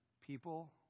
people